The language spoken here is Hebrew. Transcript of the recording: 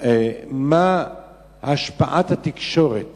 מה השפעת התקשורת